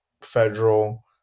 federal